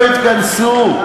התכנסו,